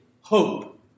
hope